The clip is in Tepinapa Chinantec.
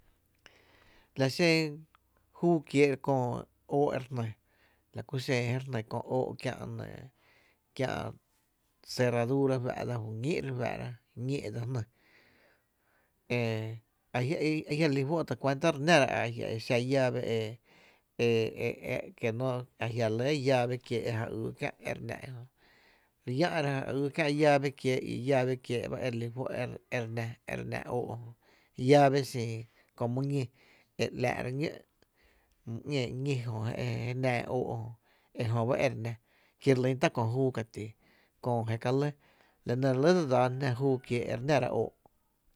La xen júú kiéé’ köö óó’ e re jny, la ku xen re jni köö óó’ kiä’ nɇ kiä’ cerradura fá’ dsa ju ñíi’ re fáá’ra ñí e dse jný, e a jia’ e re lí fó’ e ta kuanta re nⱥ ra e a exa llave e e e que no a jia’ re lɇ llave kiee’ e ja ýý kiä’ e re ná ejö, llⱥ’ re ja yy kiä’ llave kiee’ ba e re lí fó’ e re ná e re ná óó’ jö llave xin köö my ñí e re ‘láá’ra ñó’ ‘ñee ñí jö e re í ñó’ óó’ jö ki jöba e re nⱥ kijö re lýn tá’ kö jüú ka ti köö je ka lɇ, la nɇ re lɇ dse dsaana jná köö e re nára óó’.